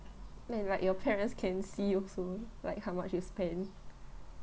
mad right your parents can see also like how much you spent